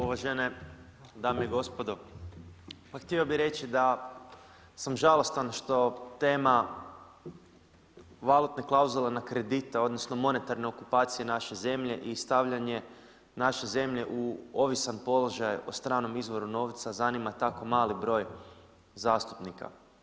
Uvažene dame i gospodo, pa htio bi reći da sam žalostan što tema valutne klauzule na kredite, odnosno monetarne okupacije naše zemlje i stavljanje naše zemlje u ovisan položaj o stranom izvoru novca zanima tako mali broj zastupnika.